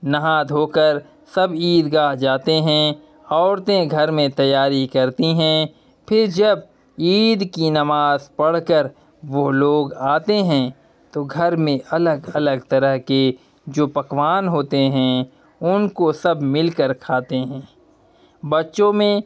نہا دھو کر سب عید گاہ جاتے ہیں عورتیں گھر میں تیاری کرتی ہیں پھر جب عید کی نماز پڑھ کر وہ لوگ آتے ہیں تو گھر میں الگ الگ طرح کے جو پکوان ہوتے ہیں ان کو سب مل کر کھاتے ہیں بچوں میں